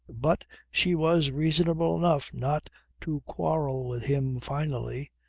but she was reasonable enough not to quarrel with him finally.